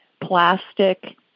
plastic